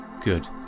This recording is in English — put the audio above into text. Good